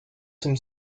zum